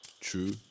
True